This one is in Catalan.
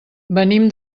venim